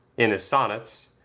in his sonnets,